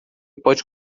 pode